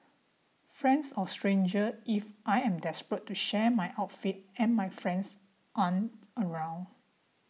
friends or strangers if I am desperate to share my outfit and my friends aren't around